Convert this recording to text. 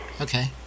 Okay